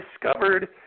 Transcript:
discovered